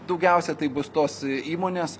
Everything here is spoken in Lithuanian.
daugiausia tai bus tos įmonės